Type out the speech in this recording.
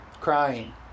crying